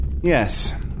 Yes